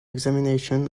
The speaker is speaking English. examination